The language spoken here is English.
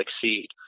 succeed